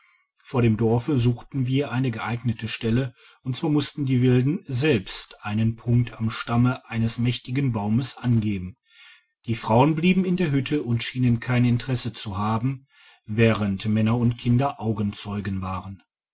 vor dem dorfe suchten wir eine geeignete stelle und zwar mussten die wilden selbst einen punkt am stamme eines mächtigen baumes angeben die frauen blieben in der hütte und schienen kein interesse zu haben während männer und kinder augenzeuge waren